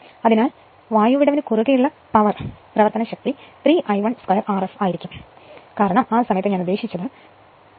അതിനാൽ വായു വിടവിനു കുറുകെയുള്ള പവർ 3 I1 2 Rf ആയിരിക്കും കാരണം ആ സമയത്ത് ഞാൻ ഉദ്ദേശിച്ചത് ഞാൻ ഇവിടെ ഉണ്ടാക്കിയാൽ